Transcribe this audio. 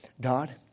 God